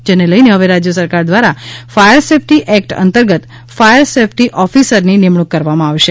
જેને લઇને હવે રાજ્ય સરકાર દ્વારા ફાયર સેફ્ટી એક્ટ અંતર્ગત ફાયર સેફ્ટી ઓફિસરની નિમણૂંક કરવામાં આવશે